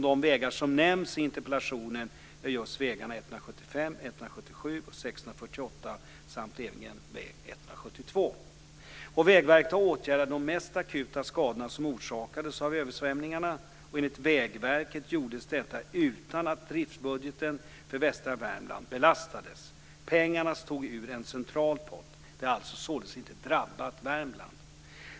De vägar som nämns i interpellationen är just vägarna 175, 177 och 648 samt även väg 172. Vägverket har åtgärdat de mest akuta skadorna som orsakades av översvämningarna. Enligt Vägverket gjordes detta utan att driftsbudgeten för västra Värmland belastades. Pengarna togs ur en central pott. Det har således inte drabbat Värmland.